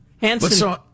Hanson